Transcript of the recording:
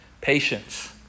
Patience